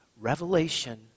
Revelation